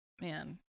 Man